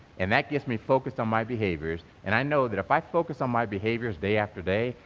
and that keeps me focused on my behaviors, and i know that if i focus on my behaviors day after day,